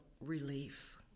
relief